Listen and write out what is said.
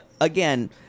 Again